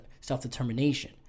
self-determination